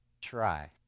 try